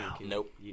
Nope